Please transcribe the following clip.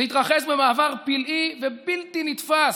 זה התרחש במעבר פלאי ובלתי נתפס,